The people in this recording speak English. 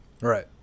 Right